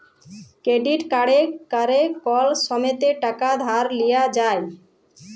credit কাড়ে ক্যরে কল সময়তে টাকা ধার লিয়া যায়